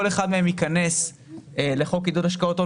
כל אחד מהם ייכנס לחוק עידוד השקעות הון